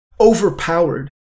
overpowered